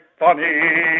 funny